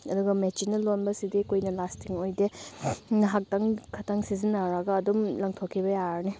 ꯑꯗꯨꯒ ꯃꯦꯆꯤꯟꯅ ꯂꯣꯟꯕꯁꯤꯗꯤ ꯀꯨꯏꯅ ꯂꯥꯁꯇꯤꯡ ꯑꯣꯏꯗꯦ ꯉꯥꯏꯍꯥꯛꯇꯪ ꯈꯛꯇꯪ ꯁꯤꯖꯤꯟꯅꯔꯒ ꯑꯗꯨꯝ ꯂꯪꯊꯣꯛꯈꯤꯕ ꯌꯥꯔꯅꯤ